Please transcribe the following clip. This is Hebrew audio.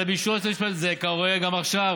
אלא באישור היועץ המשפטי” זה קורה גם עכשיו.